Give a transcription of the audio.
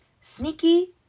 sneaky